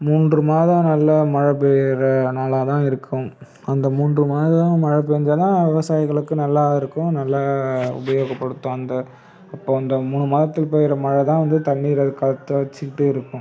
மூன்று மாதம் நல்ல மழை பெய்கிற நாளாக தான் இருக்கும் அந்த மூன்று மாதம் மழை பெஞ்சாதான் விவசாயிகளுக்கு நல்லாயிருக்கும் நல்லா உபயோகப்படுத்தும் அந்த இப்போ அந்த மூணு மாதத்துக்கு பெய்கிற மழை தான் வந்து தண்ணீரை அது கரெக்ட்டாக வச்சுக்கிட்டே இருக்கும்